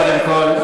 קודם כול.